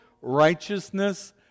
righteousness